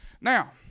Now